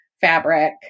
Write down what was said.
fabric